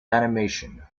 animation